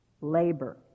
Labor